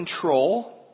control